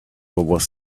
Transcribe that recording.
was